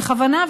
בכוונה,